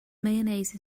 mayonnaise